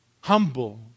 Humble